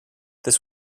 this